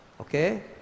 Okay